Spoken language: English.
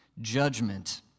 judgment